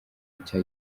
nshya